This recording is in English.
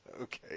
Okay